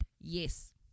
Yes